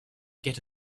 get